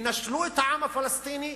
ינשלו את העם הפלסטיני.